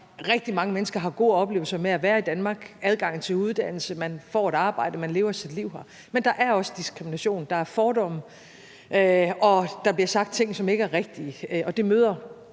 rigtig mange mennesker har gode oplevelser med at være i Danmark. Der er adgang til uddannelse, man får et arbejde, og man lever sit liv her. Men der er også diskrimination og fordomme, og der bliver sagt ting, som ikke er rigtige. Selv